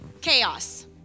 chaos